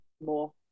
more